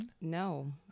No